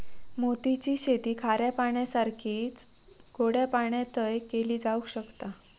मोती ची शेती खाऱ्या पाण्यासारखीच गोड्या पाण्यातय केली जावक शकता